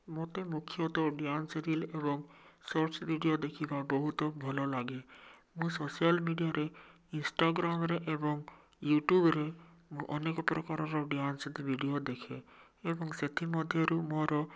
ମୋତେ ମୁଖ୍ୟତଃ dance reel ଏବଂ ସର୍ଟସ୍ ଭିଡ଼ିଓ ଦେଖିବା ବହୁତ ଭଲ ଲାଗେ ମୁଁ ସୋସିଆଲ୍ ମିଡ଼ିଆରେ ଇନ୍ଷ୍ଟାଗ୍ରାମ୍ରେ ଏବଂ ୟୁଟୁବ୍ରେ ମୁଁ ଅନେକପ୍ରକାରର ଡ୍ୟାନ୍ସ୍ ଭିଡ଼ିଓ ଦେଖେ ଏବଂ ସେଥି ମଧ୍ୟରୁ ମୋର